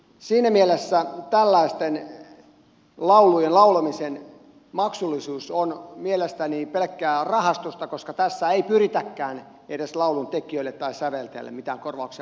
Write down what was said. siinä mielessä tällaisten laulujen laulamisen maksullisuus on mielestäni pelkkää rahastusta koska tässä ei pyritäkään edes lauluntekijöille tai säveltäjille mitään korvauksia maksamaan